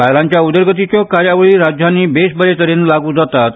बायलांच्या उदरगतीच्यो कार्यावळी राज्यांनी बेस बरे तरेन लागू जातात